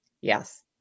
yes